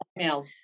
email